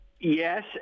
Yes